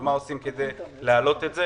ומה עושים כדי להעלות את זה,